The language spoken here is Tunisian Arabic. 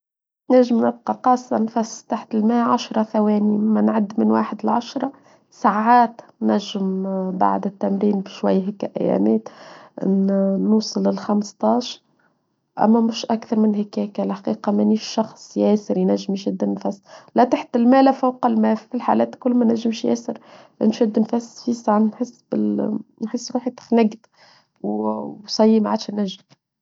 نجم نبقى قاسة نفس تحت الماء عشرة ثواني مما نعد من واحد لعشرة ساعات نجم بعد التمرين بشوية هيك أيامات نوصل للخمستاش أما مش أكثر من هيك هيك الحقيقة مانيش شخص ياسر ينجم يشد النفس لا تحت الماء لا فوق الماء في الحالات كل ما نجمش ياسر نشد نفس في صعب نحس روحي تخنجد وصيم عشان نجم.